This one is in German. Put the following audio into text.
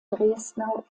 dresdner